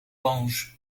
blanche